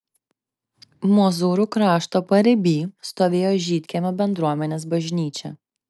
mozūrų krašto pariby stovėjo žydkiemio bendruomenės bažnyčia